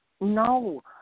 No